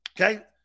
Okay